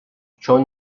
چون